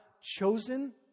chosen